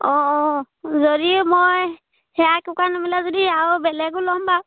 অঁ অঁ যদি মই সেয়া কুকুৰাই নিমিলে যদি ৰুও বেলেগো ল'ম বাৰু